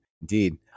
Indeed